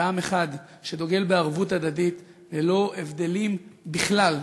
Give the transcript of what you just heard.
ועם אחד, שדוגל בערבות הדדית ללא הבדלים בכלל.